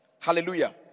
Hallelujah